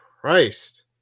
Christ